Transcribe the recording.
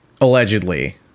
allegedly